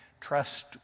trust